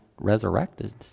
resurrected